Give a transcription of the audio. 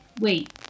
wait